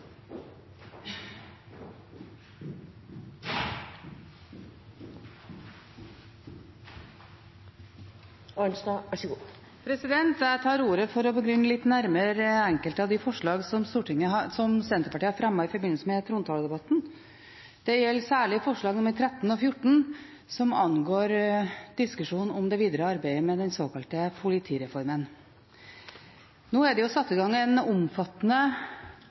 Jeg tar ordet for å begrunne litt nærmere enkelte av de forslagene som Senterpartiet har fremmet i forbindelse med trontaledebatten. Det gjelder særlig forslagene nr. 13 og 14, som angår diskusjonen om det videre arbeidet med den såkalte politireformen. Nå er det jo satt i gang en omfattende